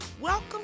Welcome